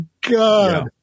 God